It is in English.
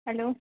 hello